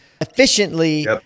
efficiently